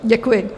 Děkuji.